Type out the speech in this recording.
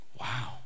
wow